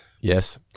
Yes